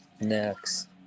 Next